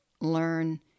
learn